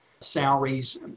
salaries